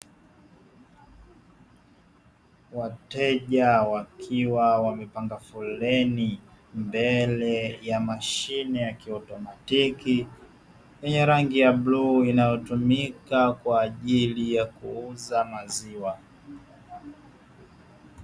Wateja wakiwa wamepanga foleni mbele ya mashine ya kiautomatiki, yenye rangi ya bluu inayotumika kwa ajili ya kuuza maziwa.